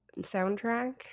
soundtrack